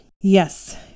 Yes